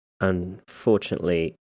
unfortunately